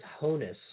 Honus